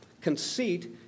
Conceit